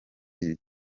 iri